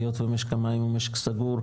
היות ומשק המים הוא משק סגור,